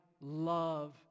love